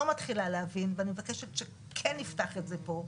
מתחילה להבין ואני מבקשת שנפתח את זה פה,